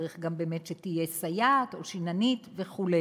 צריך גם באמת שתהיה סייעת או שיננית וכו'.